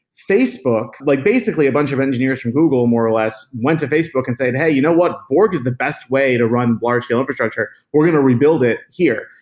facebook, like basically a bunch of engineers from google more or less went to facebook and said, hey, you know what? borg is the best way to run large-scale infrastructure, but we're going to rebuild it here,